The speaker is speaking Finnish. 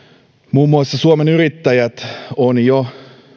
muun muassa suomen yrittäjät on jo